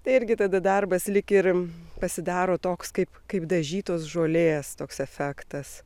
tai irgi tada darbas lyg ir pasidaro toks kaip kaip dažytos žolės toks efektas